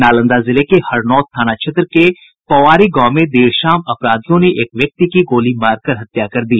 नालंदा जिले के हरनौत थाना क्षेत्र के पोआरी गांव में देर शाम अपराधियों ने एक व्यक्ति की गोली मारकर हत्या कर दी